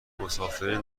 مسافرین